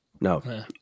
No